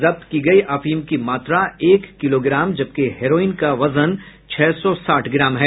जब्त की गयी अफीम की मात्रा एक किलोग्राम जबकि हेरोईन का वजन छह सौ साठ ग्राम है